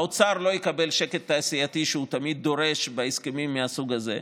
האוצר לא יקבל שקט תעשייתי שהוא תמיד דורש בהסכמים מהסוג הזה,